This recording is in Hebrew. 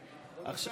השר,